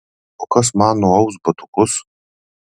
o kas man nuaus batukus